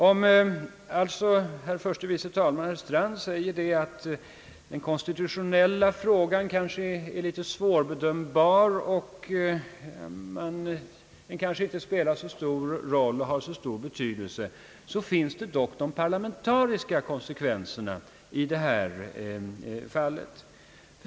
Även om herr förste vice talmannen Strand alltså säger att den konstitutionella frågan kanske är litet svårbedömbar och inte spelar så stor roll, finns dock de parlamentariska konsekvenserna i detta fall.